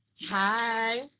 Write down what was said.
hi